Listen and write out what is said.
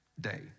day